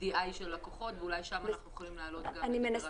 BDI של לקוחות ואולי שם אנחנו יכולים להעלות גם את זה.